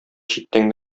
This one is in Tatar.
читтән